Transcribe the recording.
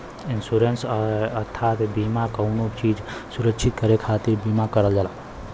insurance अर्थात बीमा कउनो चीज सुरक्षित करे खातिर बीमा करल जाला